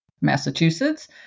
Massachusetts